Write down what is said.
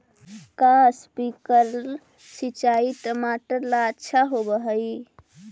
का स्प्रिंकलर सिंचाई टमाटर ला अच्छा होव हई?